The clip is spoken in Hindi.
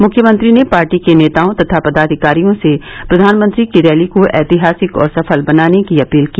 मुख्यमंत्री ने पार्टी के नेताओं तथा पदाधिकारियों से प्रधानमंत्री की रैली को ऐतिहासिक और सफल बनाने की अपील की